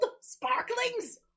Sparklings